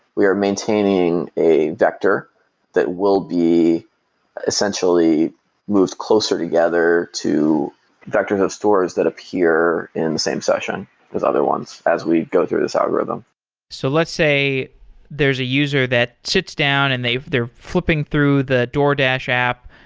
we are maintaining a vector that we'll be essentially move closer together to vectors of stores that appear in the same session as other ones as we go through this algorithm so let's say there's a user that sits down and they're flipping through the doordash app,